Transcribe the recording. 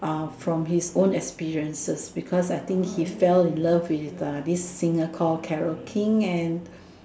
uh from his own experiences because I think he fell in love with uh this singer call Carole King and